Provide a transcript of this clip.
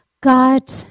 God